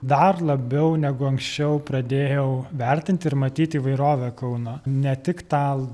dar labiau negu anksčiau pradėjau vertint ir matyt įvairovę kauno ne tik tą